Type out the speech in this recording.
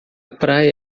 praia